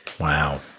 Wow